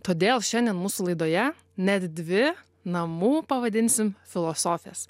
todėl šiandien mūsų laidoje net dvi namų pavadinsim filosofės